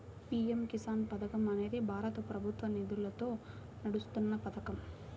PM Kisan పథకం అనేది భారత ప్రభుత్వ నిధులతో నడుస్తున్న పథకం